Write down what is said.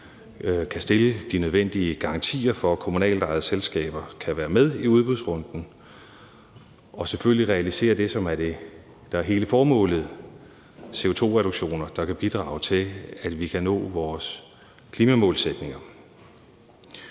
kan stille de nødvendige garantier for, at kommunalt ejede selskaber kan være med i udbudsrunden og selvfølgelig realisere det, som er hele formålet, nemlig CO2-reduktioner, der kan bidrage til, at vi kan nå vores klimamålsætninger.